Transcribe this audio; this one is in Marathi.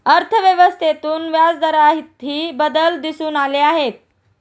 अर्थव्यवस्थेतून व्याजदरातही बदल दिसून आले आहेत